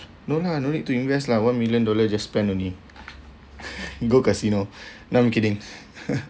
no lah no need to invest lah one million dollar just spend only go casino no I'm kidding